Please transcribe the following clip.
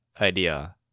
idea